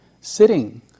Sitting